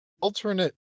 alternate